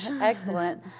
Excellent